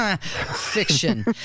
fiction